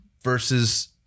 versus